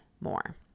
more